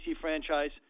franchise